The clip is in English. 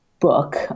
book